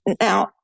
Now